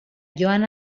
joan